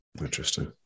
Interesting